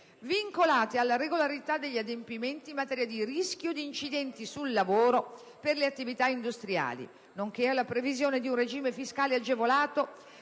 vincolate alla regolarità degli adempimenti in materia di rischio di incidenti sul lavoro per le attività industriali; nonché la previsione di un regime fiscale agevolato